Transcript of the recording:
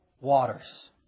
waters